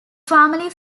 family